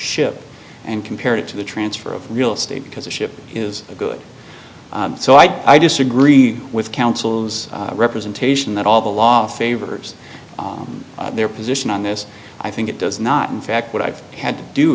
ship and compared it to the transfer of real estate because the ship is a good so i disagree with councils representation that all the law favors their position on this i think it does not in fact what i've had to do